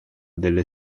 delle